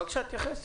בבקשה, תתייחס.